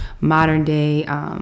modern-day